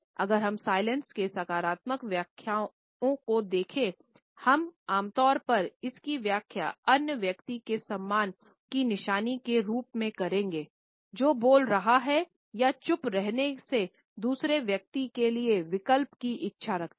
अगर हम साइलेंस के सकारात्मक व्याख्याओं को देखे हम आम तौर पर इसकी व्याख्या अन्य व्यक्ति के सम्मान की निशानी के रूप में करेंगे जो बोल रहा है या चुप रहने से दूसरे व्यक्ति के लिए विकल्प की इच्छा रखता हैं